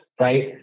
right